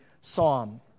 psalm